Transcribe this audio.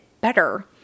better